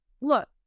look